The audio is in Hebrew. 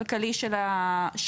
כלכלי של הרשויות,